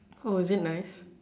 oh is it nice